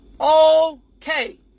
okay